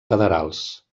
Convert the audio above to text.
federals